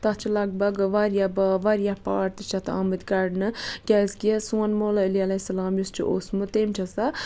تَتھ چھِ لَگ بَگ واریاہ باب واریاہ پاٹ تہِ چھِ تَتھ آمٕتۍ کَڑنہٕ کیاز کہِ سون مولا علی علیہ سلام یُس چھُ اوسمُت تٔمۍ چھِ سۄ